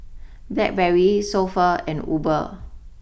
Blackberry So Pho and Uber